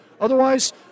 otherwise